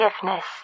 Forgiveness